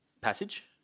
passage